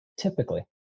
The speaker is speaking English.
typically